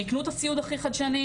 שיקנו את הציוד הכי חדשני,